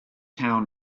town